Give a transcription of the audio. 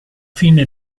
fine